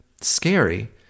scary